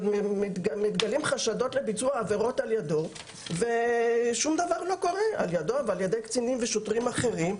מתגלים חשדות לביצוע עבירות על ידו ועל ידי קצינים ושוטרים אחרים,